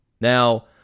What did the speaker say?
Now